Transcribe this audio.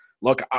look